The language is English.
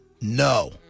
No